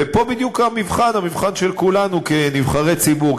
ופה בדיוק המבחן, המבחן של כולנו כנבחרי ציבור.